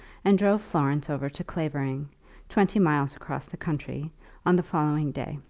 and drove florence over to clavering twenty miles across the country on the following day.